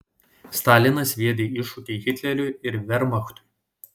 stalinas sviedė iššūkį hitleriui ir vermachtui